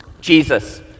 Jesus